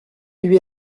lui